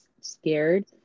scared